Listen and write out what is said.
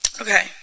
Okay